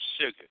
sugar